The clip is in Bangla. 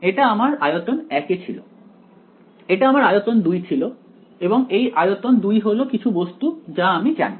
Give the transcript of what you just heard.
এটা আমার আয়তন 1 ছিল এটা আমার আয়তন দুই ছিল এবং এই আয়তন 2 হলো কিছু বস্তু যা আমি জানি